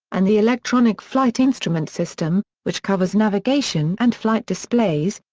and the electronic flight instrument system, which covers navigation and flight displays,